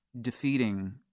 defeating